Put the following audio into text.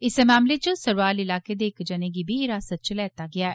इस्सै मामले च सरवाल इलाके दे इक जने गी बी हिरासत च लैता गेआ ऐ